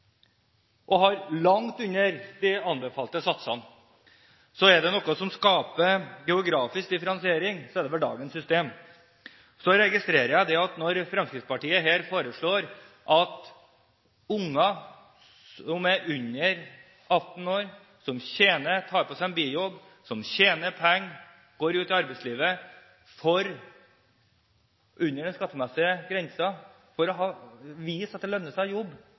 og har langt under de anbefalte satsene. Er det noe som skaper geografisk differensiering, er det dagens system. Så registrerer jeg at der Fremskrittspartiets forslag gjelder unger som er under 18 år, som tar seg en bijobb, som tjener penger under den skattemessige grensen – som går ut i arbeidslivet for å vise at det lønner seg